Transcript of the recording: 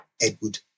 Edward